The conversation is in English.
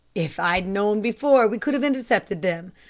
if i'd known before we could have intercepted them.